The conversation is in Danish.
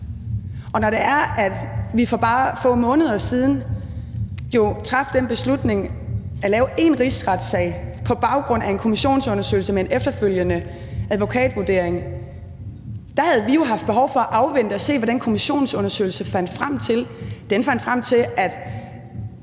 når vi for bare få måneder siden jo traf den beslutning at lave en rigsretssag på baggrund af en kommissionsundersøgelse med en efterfølgende advokatvurdering, havde vi jo haft behov for at afvente og se, hvad den kommissionsundersøgelse fandt frem til. Og